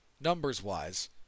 numbers-wise